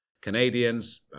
Canadians